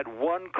one